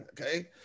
Okay